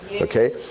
okay